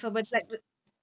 ah